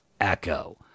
Echo